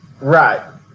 right